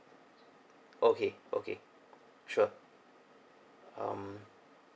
okay okay sure um